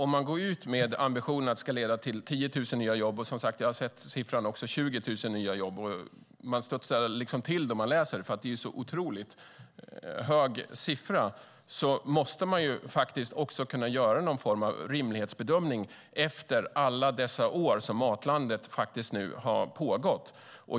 Man går ut med ambitionen att det ska leda till 10 000 nya jobb - och jag har som sagt sett siffran 20 000 också. Man studsar liksom till när man läser det, för det är en otroligt hög siffra. Men då måste man faktiskt också kunna göra någon form av rimlighetsbedömning efter alla dessa år som Matlandet Sverige nu har pågått.